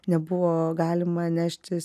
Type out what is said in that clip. nebuvo galima neštis